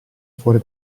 fuori